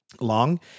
long